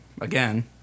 again